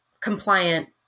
compliant